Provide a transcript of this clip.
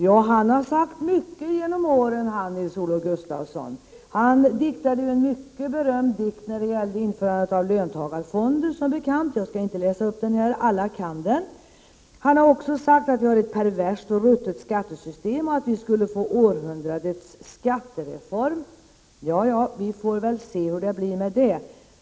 Ja, finansministern har sagt mycket under åren, Nils-Olof Gustafsson! Han åstadkom som bekant en mycket berömd dikt när det gällde införandet av löntagarfonder. Jag skall inte läsa upp den. Alla känner ju till den. Finansministern har också sagt att vi har ett perverst och ruttet skattesystem och att vi skulle få århundradets skattereform. Ja ja, vi får väl se hur det blir med den saken.